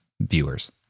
viewers